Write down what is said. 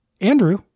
Andrew